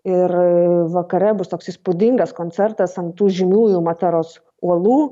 ir vakare bus toks įspūdingas koncertas ant tų žymiųjų materos uolų